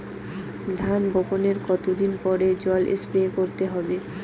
ধান বপনের কতদিন পরে জল স্প্রে করতে হবে?